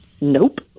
Nope